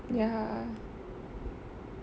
ya